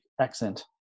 accent